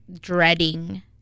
dreading